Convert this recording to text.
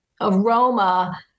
aroma